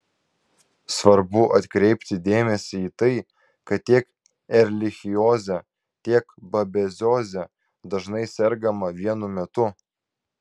svarbu atkreipti dėmesį į tai kad tiek erlichioze tiek babezioze dažnai sergama vienu metu